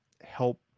help